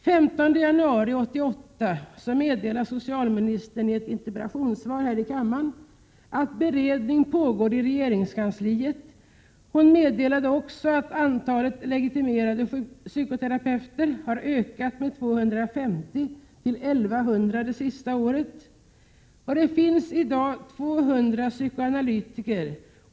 Den 15 januari 1988 meddelade socialministern i ett interpellationssvar här i kammaren att beredning pågår i regeringskansliet. Hon meddelade vidare att antalet legitimerade psykoterapeuter hade ökat med 250 till 1 100 det senaste året. Det finns i dag 200 psykoanalytiker.